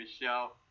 Michelle